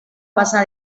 pasa